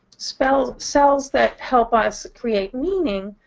cells cells that help us create meaning.